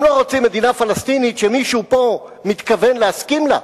הם לא רוצים מדינה פלסטינית שמישהו פה מתכוון להסכים לה.